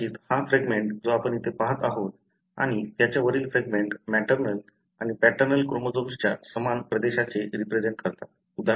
कदाचित हा फ्रॅगमेंट जो आपण इथे पहात आहोत आणि त्याच्या वरील फ्रॅगमेंट मॅटर्नल आणि पॅटर्नल क्रोमोझोम्सच्या समान प्रदेशाचे रिप्रेझेन्ट करतात